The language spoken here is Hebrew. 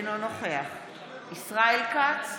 אינו נוכח ישראל כץ,